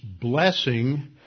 blessing